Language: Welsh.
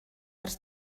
ers